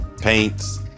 paints